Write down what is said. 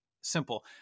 Simple